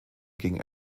gegen